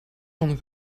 kon